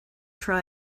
try